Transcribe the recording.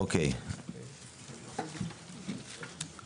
אמיר מהסתדרות הרוקחים.